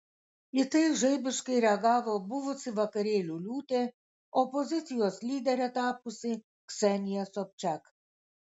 į tai žaibiškai reagavo buvusi vakarėlių liūtė opozicijos lydere tapusi ksenija sobčak